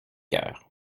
heures